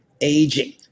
aging